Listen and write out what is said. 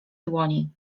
dłoni